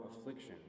affliction